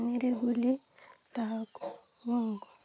ପନିରେ ବୁଲି ତାହାକୁ